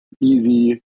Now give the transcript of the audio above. easy